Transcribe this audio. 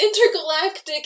intergalactic